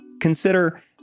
Consider